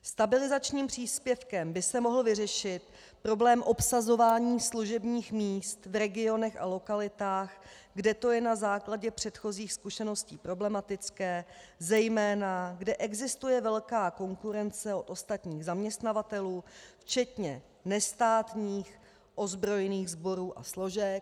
Stabilizačním příspěvkem by se mohl vyřešit problém obsazování služebních míst v regionech a lokalitách, kde to je na základě předchozích zkušeností problematické, zejména kde existuje velká konkurence u ostatních zaměstnavatelů včetně nestátních ozbrojených sborů a složek.